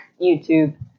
YouTube